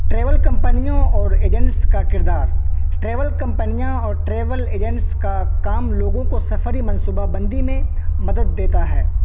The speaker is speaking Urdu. ٹریول کمپنیوں اور ایجنٹس کا کردار ٹریول کمپنیاں اور ٹریول ایجنٹس کا کام لوگوں کو سفری منصوبہ بندی میں مدد دیتا ہے